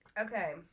Okay